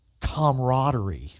camaraderie